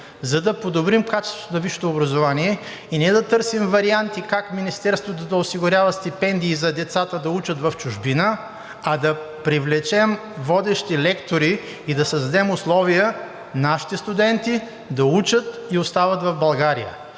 за да подобрим качеството на висшето образование и не да търсим варианти как Министерството да осигурява стипендии за децата да учат в чужбина, а да привлечем водещи лектори и да създадем условия нашите студенти да учат и остават в България.